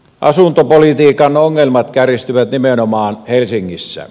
asuntopolitiikan ongelmat kärjistyvät nimenomaan helsingissä